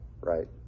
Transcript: right